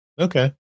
Okay